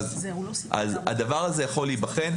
הדבר הזה יכול להיבחן.